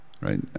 right